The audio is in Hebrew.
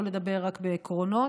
לא לדבר רק בעקרונות,